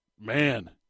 man